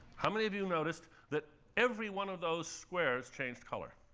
how many of you noticed that every one of those squares changed color?